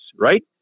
right